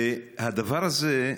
והדבר הזה,